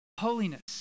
holiness